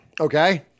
Okay